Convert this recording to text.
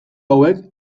hauek